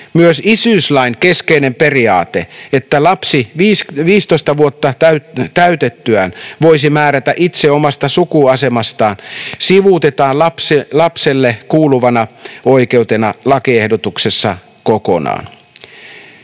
Myös isyyslain keskeinen periaate, että lapsi 15 vuotta täytettyään voisi määrätä itse omasta sukuasemastaan, sivuutetaan lapselle kuuluvana oikeutena lakiehdotuksessa kokonaan.”